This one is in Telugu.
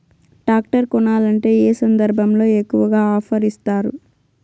టాక్టర్ కొనాలంటే ఏ సందర్భంలో ఎక్కువగా ఆఫర్ ఇస్తారు?